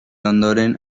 ondoren